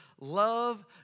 Love